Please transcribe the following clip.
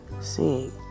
seeing